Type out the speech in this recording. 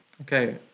Okay